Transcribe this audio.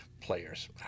players